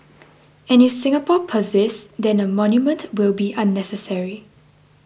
and if Singapore persists then a monument will be unnecessary